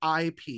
IP